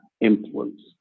influence